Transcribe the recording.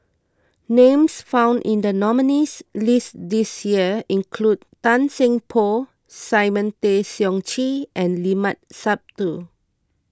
names found in the nominees' list this year include Tan Seng Poh Simon Tay Seong Chee and Limat Sabtu